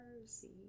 mercy